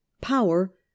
Power